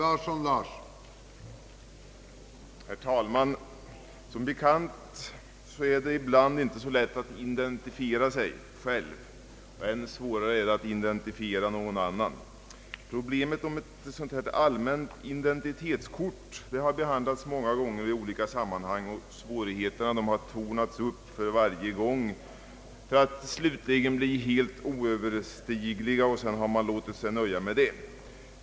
Herr talman! Som bekant är det ibland inte så lätt att identifiera sig själv, än svårare är det att identifiera någon annan. Problemet om ett allmänt identitetskort har behandlats många gånger i olika sammanhang, och svårigheterna har tornats upp varje gång för att slutligen bli helt oöverstigliga, och med det har man låtit sig nöja.